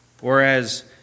Whereas